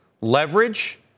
leverage